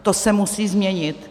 To se musí změnit.